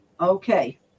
Okay